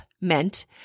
meant